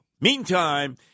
Meantime